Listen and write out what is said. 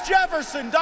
Jefferson